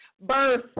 birth